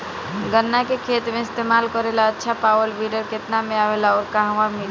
गन्ना के खेत में इस्तेमाल करेला अच्छा पावल वीडर केतना में आवेला अउर कहवा मिली?